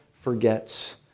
forgets